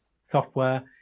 software